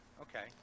Okay